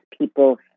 people